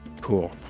Cool